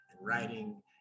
writing